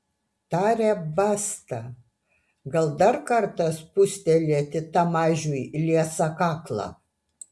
tarė basta gal dar kartą spustelėti tam mažiui liesą kaklą